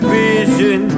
vision